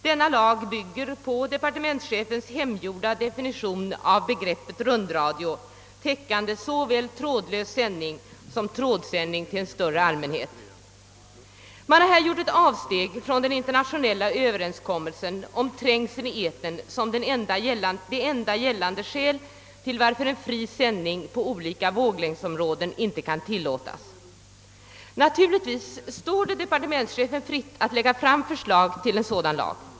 Denna lag bygger på departementschefens hemgjorda definition av begreppet rundradio, täckande såväl trådlös sändning som trådsändning till en större allmänhet. Man har här gjort ett avsteg från den internationella överenskommelsen om trängseln i etern som enda gällande skäl till varför en fri sändning på olika våglängdsområden inte kan tillåtas. Naturligtvis står det departementschefen fritt att lägga fram förslag till en sådan lag.